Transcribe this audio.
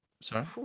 Sorry